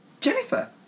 Jennifer